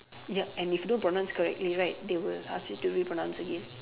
ya and if you don't pronounce correctly right they will ask you to repronounce again